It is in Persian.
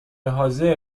حاضر